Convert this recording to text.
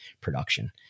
production